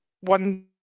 one